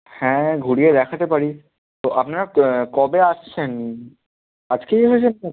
হ্যাঁ ঘুরিয়ে দেখাতে পারি তো আপনারা কবে আসছেন আজকেই